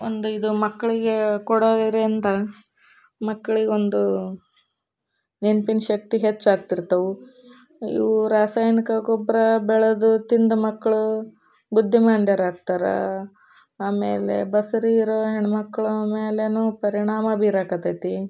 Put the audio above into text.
ಒಂದು ಇದು ಮಕ್ಕಳಿಗೆ ಕೊಡೋದರಿಂದ ಮಕ್ಕಳಿಗೊಂದು ನೆನ್ಪಿನ ಶಕ್ತಿ ಹೆಚ್ಚಾಗ್ತಿರ್ತವೆ ಇವು ರಾಸಾಯನಿಕ ಗೊಬ್ಬರ ಬೆಳೆದು ತಿಂದ ಮಕ್ಕಳು ಬುದ್ಧಿಮಾಂದ್ಯರಾಗ್ತಾರ ಆಮೇಲೆ ಬಸುರಿ ಇರೋ ಹೆಣ್ಮಕ್ಳ ಮೇಲೆಯೂ ಪರಿಣಾಮ ಬೀರಕ್ಕತೈತಿ